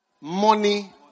money